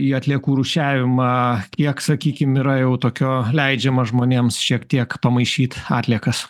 į atliekų rūšiavimą kiek sakykim yra jau tokio leidžiama žmonėms šiek tiek pamaišyt atliekas